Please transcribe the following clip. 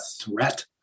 threat